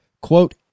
quote